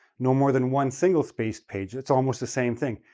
no more than one single spaced page, it's almost the same thing,